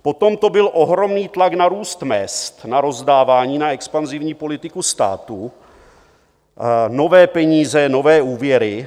Potom to byl ohromný tlak na růst mezd, na rozdávání, na expanzivní politiku státu nové peníze, nové úvěry.